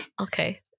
Okay